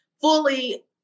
fully